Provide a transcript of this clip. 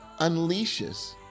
unleashes